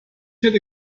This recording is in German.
hätte